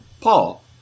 Paul